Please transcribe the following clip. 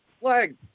flag